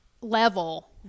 level